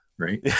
Right